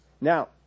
Now